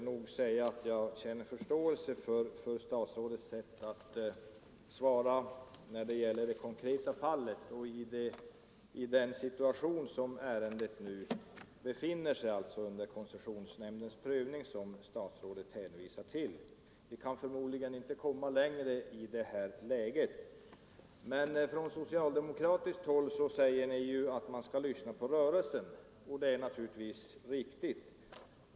Herr talman! Jag har förståelse för statsrådets sätt att svara när det gäller det konkreta fallet som nu befinner sig under koncessionsnämndens prövning, vilket herr statsrådet hänvisade till. Vi kan förmodligen inte komma längre i det här läget. Från socialdemokratiskt håll säger ni ju att man skall lyssna på rörelsen. Det är naturligtvis riktigt.